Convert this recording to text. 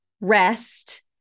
rest